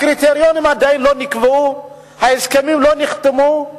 הקריטריונים עדיין לא נקבעו, ההסכמים לא נחתמו,